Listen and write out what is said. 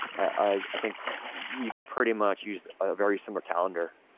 i think you could pretty much use ah very similar calendar.